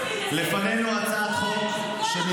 אבל מדברים פה על 30 מיליון שקל להקמה.